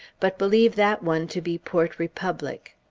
but believe that one to be port republic.